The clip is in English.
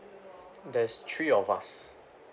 there's three of us